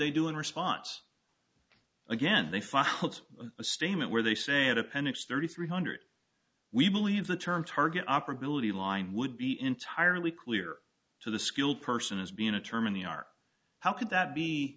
they do in response again they find a statement where they say in appendix thirty three hundred we believe the term target operability line would be entirely clear to the skilled person as being a term in the r how could that be